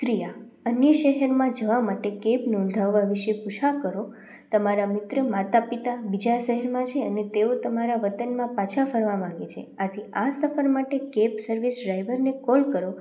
ક્રિયા અન્ય શહેરમાં જવા માટે કેબ નોંધાવવા વિશે પૃચ્છા કરો તમારા મિત્ર માતા પિતા બીજા શહેરમાં છે અને તેઓ તમારા વતનમાં પાછા ફરવા માંગે છે આથી આ સફર માટે કેબ સર્વિસ ડ્રાઇવરને કોલ કરો